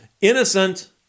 innocent